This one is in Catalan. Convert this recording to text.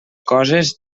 coses